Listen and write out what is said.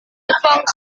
jepang